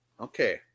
okay